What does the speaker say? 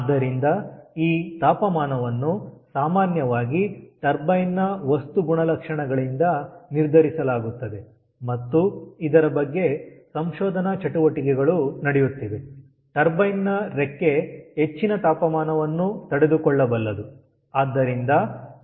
ಆದ್ದರಿಂದ ಈ ತಾಪಮಾನವನ್ನು ಸಾಮಾನ್ಯವಾಗಿ ಟರ್ಬೈನ್ ನ ವಸ್ತು ಗುಣಲಕ್ಷಣಗಳಿಂದ ನಿರ್ಧರಿಸಲಾಗುತ್ತದೆ ಮತ್ತು ಇದರ ಬಗ್ಗೆ ಸಂಶೋಧನಾ ಚಟುವಟಿಕೆಗಳು ನಡೆಯುತ್ತಿವೆ ಟರ್ಬೈನ್ ನ ರೆಕ್ಕೆ ಹೆಚ್ಚಿನ ತಾಪಮಾನವನ್ನು ತಡೆದುಕೊಳ್ಳಬಲ್ಲದು